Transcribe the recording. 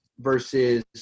versus